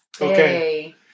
Okay